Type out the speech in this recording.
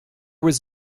was